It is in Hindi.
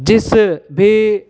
जिस भी